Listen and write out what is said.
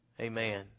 Amen